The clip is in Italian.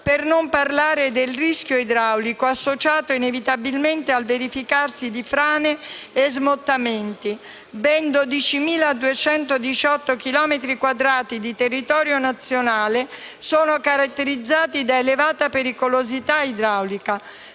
per non parlare del rischio idraulico, associato inevitabilmente al verificarsi di frane e smottamenti: ben 12.218 chilometri quadrati di territorio nazionale sono caratterizzati da elevata pericolosità idraulica.